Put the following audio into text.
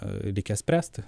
reikia spręsti